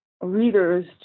readers